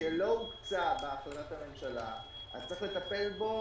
שלא הוקצה בהחלטת הממשלה, אז צריך לטפל בו